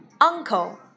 uncle